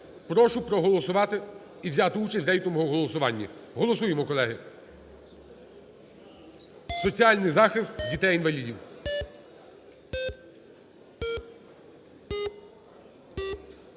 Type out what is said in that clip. прошу проголосувати і взяти участь в рейтинговому голосуванні. Голосуємо, колеги. Соціальний захист дітей-інвалідів.